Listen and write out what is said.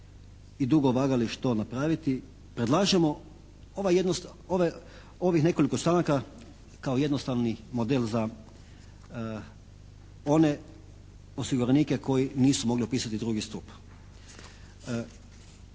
i dugo vagali što napraviti. Predlažemo ovih nekoliko članaka kao jednostavni model za one osiguranike koji nisu mogli upisati drugi stup.